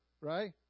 right